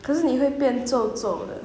可是你会变皱皱的